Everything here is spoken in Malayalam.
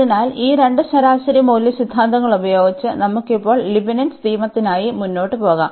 അതിനാൽ ഈ രണ്ട് ശരാശരി മൂല്യ സിദ്ധാന്തങ്ങൾ ഉപയോഗിച്ച് നമുക്ക് ഇപ്പോൾ ലീബ്നിറ്റ്സ് നിയമത്തിനായി മുന്നോട്ട് പോകാം